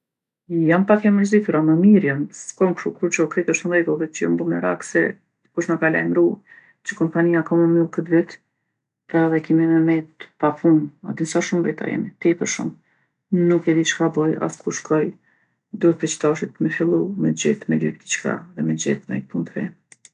Jam pak e mërzitur ama mirë jom. S'kom kshu kurgjo krejt osht n'rregull, veç jom bo merak se dikush na ka lajmru që kompania ka mu myll këtë vit dhe kemi me met pa punë. A din sa shumë veta jemi, tepër shumë. Nuk e di çka boj as ku shkoj, duhet prej qitashit me fillu me gjetë, me lyp dicka edhe me gjet naj punë t're.